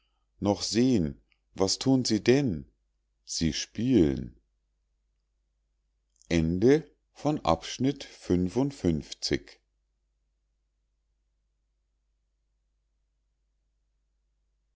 noch seh'n was thun sie denn sie spielen